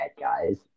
guys